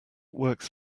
works